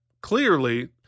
clearly